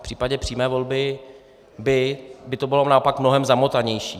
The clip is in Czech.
V případě přímé volby by to bylo naopak mnohem zamotanější.